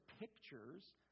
pictures